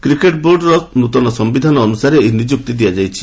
cricket ବୋର୍ଡର ନୂତନ ସମ୍ଭିଧାନ ଅନୁସାରେ ଏହି ନିଯୁକ୍ତି ଦିଆଯାଇଛି